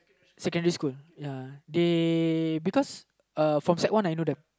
secondary school ya they because uh from sec one I know them